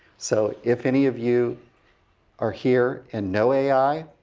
so if any of you are here and no ai,